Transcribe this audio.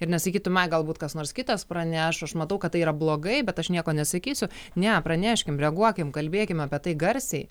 ir nesakytų man galbūt kas nors kitas praneš aš matau kad tai yra blogai bet aš nieko nesakysiu ne praneškim reaguokim kalbėkim apie tai garsiai